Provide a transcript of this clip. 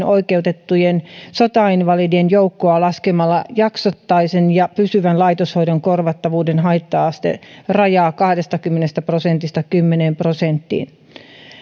oikeutettujen sotainvalidien joukkoa laskemalla jaksottaisen ja pysyvän laitoshoidon korvattavuuden haitta asterajaa kahdestakymmenestä prosentista kymmeneen prosenttiin